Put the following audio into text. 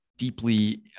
deeply